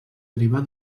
derivar